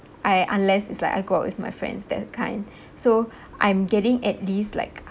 I unless it's like I go out with my friends that kind so I'm getting at least like